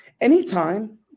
anytime